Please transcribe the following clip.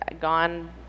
gone